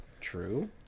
true